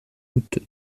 route